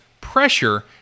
pressure